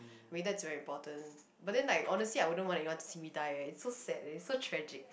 I mean that's very important but then like honestly I wouldn't want anyone to see me die eh it's so sad eh it's so tragic